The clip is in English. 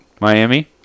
Miami